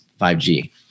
5G